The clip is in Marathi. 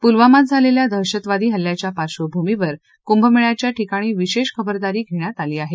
पुलवामात झालेल्या दहशतवादी हल्ल्याच्या पार्ड्वभूमीवर कुंभमेळ्याच्या ठिकाणी विशेष खबरदारी धेण्यात आली आहे